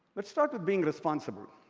let's start being responsible.